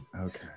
Okay